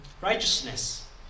Righteousness